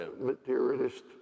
materialist